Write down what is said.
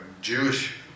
Jewish